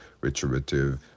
retributive